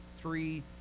three